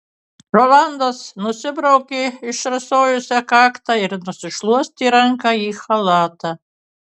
rolandas nusibraukė išrasojusią kaktą ir nusišluostė ranką į chalatą